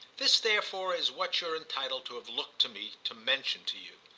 this therefore is what you're entitled to have looked to me to mention to you.